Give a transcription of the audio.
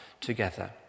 together